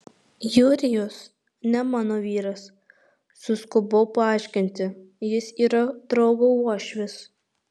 jurijus ne mano vyras suskubau paaiškinti jis yra draugo uošvis